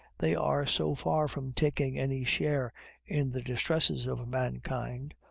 they are so far from taking any share in the distresses of mankind,